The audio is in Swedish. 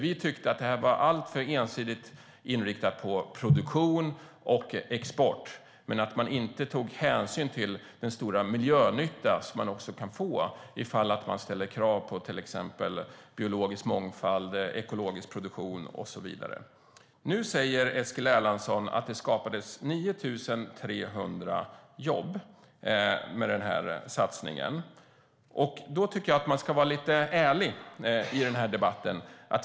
Vi tyckte att det var alltför ensidigt inriktat på produktion och export och att det inte togs hänsyn till den stora miljönytta som man också kan få ifall man ställer krav på till exempel biologisk mångfald, ekologisk produktion och så vidare. Nu säger Eskil Erlandsson att det skapades 9 300 jobb med den här satsningen. Jag tycker att man ska vara lite ärlig i debatten.